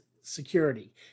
Security